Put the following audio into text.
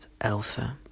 Alpha